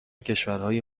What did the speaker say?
کشورهای